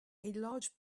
large